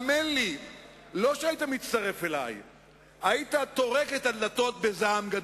רשאית הממשלה להוציא כל חודש סכום השווה לחלק ה-12 מהתקציב השנתי